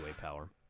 power